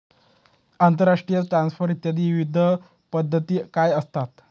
आंतरराष्ट्रीय ट्रान्सफर इत्यादी विविध पद्धती काय असतात?